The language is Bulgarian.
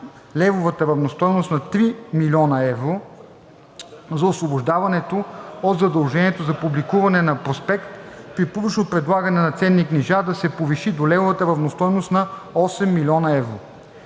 левовата равностойност на 3 000 000 евро за освобождаването от задължението за публикуване на проспект при публично предлагане на ценни книжа да се повиши до левовата равностойност на 8 000 000 евро.